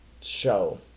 show